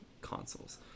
consoles